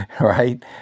Right